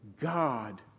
God